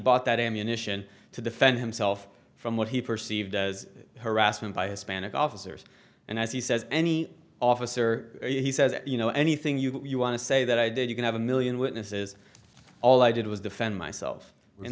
bought that ammunition to defend himself from what he perceived as harassment by hispanic officers and as he says any officer he says you know anything you want to say that i did you can have a million witnesses all i did was defend myself